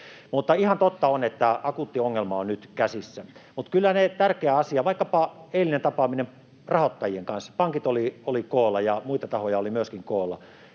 Mutta ihan totta on, että akuutti ongelma on nyt käsissä. Kyllä tärkeä asia... Vaikkapa eilinen tapaaminen rahoittajien kanssa, jossa pankit olivat koolla ja muita tahoja oli myöskin koolla,